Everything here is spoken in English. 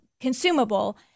consumable